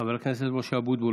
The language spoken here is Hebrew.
חבר הכנסת משה אבוטבול.